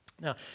Now